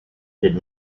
did